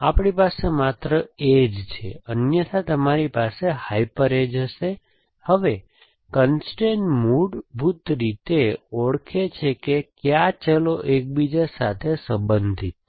આપણી પાસે માત્ર એજછે અન્યથા તમારી પાસે હાયપર એજ હશે હવે કન્સ્ટ્રેઇનમૂળભૂત રીતે ઓળખે છે કે કયા ચલો એકબીજા સાથે સંબંધિત છે